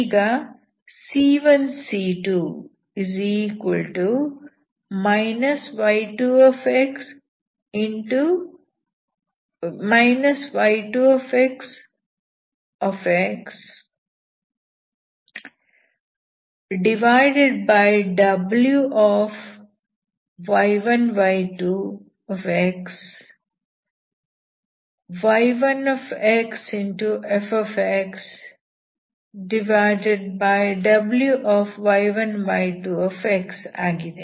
ಈಗ ಆಗಿದೆ